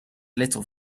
little